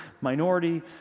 minority